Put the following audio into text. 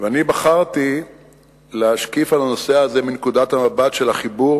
ואני בחרתי להשקיף על הנושא הזה מנקודת המבט של החיבור